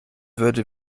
würde